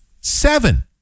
Seven